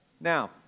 Now